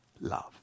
love